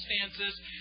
circumstances